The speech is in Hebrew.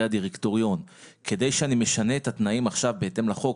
הדירקטוריון כדי שאני משנה את התנאים עכשיו בהתאם לחוק,